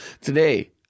Today